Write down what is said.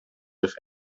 with